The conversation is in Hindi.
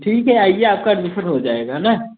ठीक है आइए आपका एडमिशन हो जाएगा ना